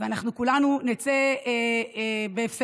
ואנחנו כולנו נצא בהפסד.